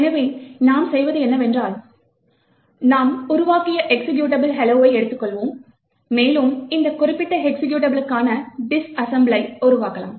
எனவே நாம் செய்வது என்ன என்றால் நாம் உருவாக்கிய எக்சிகியூட்டபிள் hello வை எடுத்துக்கொள்வோம் மேலும் அந்த குறிப்பிட்ட எக்சிகியூட்டபிளுக்கான டிஸ்அசெம்புலை உருவாக்கலாம்